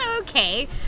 okay